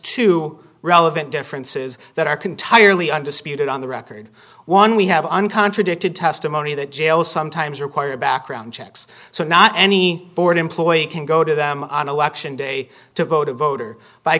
two relevant differences that are can tiredly undisputed on the record one we haven't contradicted testimony that jails sometimes require background checks so not any board employee can go to them on election day to vote a voter by